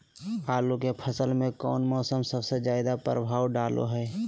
आलू के फसल में कौन मौसम सबसे ज्यादा प्रभाव डालो हय?